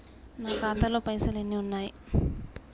నా ఖాతాలో పైసలు ఎన్ని ఉన్నాయి?